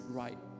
right